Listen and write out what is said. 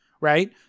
Right